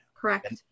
Correct